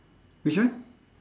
which one